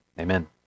Amen